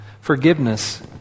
Forgiveness